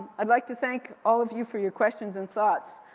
i'd like to thank all of you for your questions and thoughts.